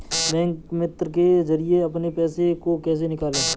Bank मित्र के जरिए अपने पैसे को कैसे निकालें?